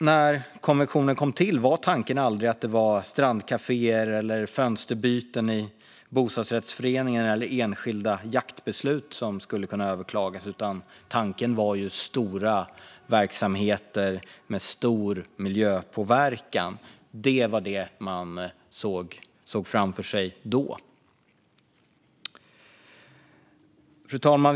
När konventionen kom till var tanken nämligen aldrig att det var strandkaféer, fönsterbyten i bostadsrättsföreningar eller enskilda jaktbeslut som skulle kunna överklagas, utan tanken var stora verksamheter med stor miljöpåverkan. Det var det man såg framför sig då. Fru talman!